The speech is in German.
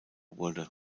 wurde